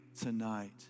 tonight